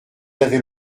avez